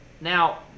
now